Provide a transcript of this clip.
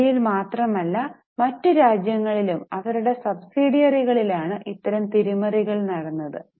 ഇന്ത്യയിൽ മാത്രം അല്ല മറ്റു രാജ്യങ്ങളിലും അവരുടെ സബ്സിഡിയറികളാണ് ഇത്തരം തിരിമറികൾ നടത്തിയത്